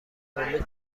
نامه